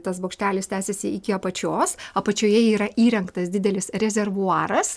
tas bokštelis tęsiasi iki apačios apačioje yra įrengtas didelis rezervuaras